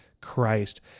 Christ